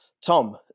Tom